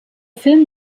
film